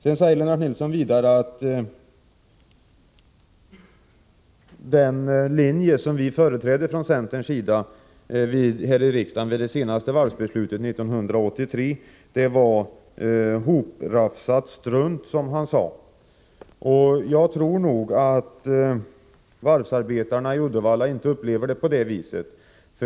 Vidare säger Lennart Nilsson att den linje som centern företrädde i riksdagen vid det senaste varvsbeslutet, 1983, var ”hoprafsat strunt”. Jag tror nog att varvsarbetarna i Uddevalla inte upplever det på det viset.